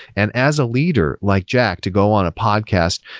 and as a leader, like jack, to go on a podcast,